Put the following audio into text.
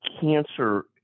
cancer